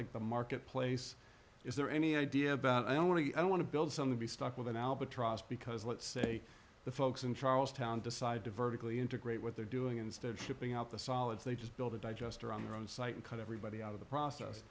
like the market place is there any idea about i don't want to i want to build something be stuck with an albatross because let's say the folks in charles town decide to vertically integrate what they're doing instead shipping out the solids they just build a digester on their own site and cut everybody out of the process